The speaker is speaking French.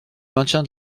maintien